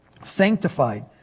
sanctified